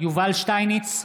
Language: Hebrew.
יובל שטייניץ,